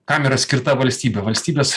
kamera skirta valstybė valstybės